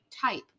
type